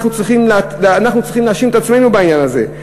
אנחנו צריכים להאשים את עצמנו בעניין הזה.